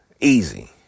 Easy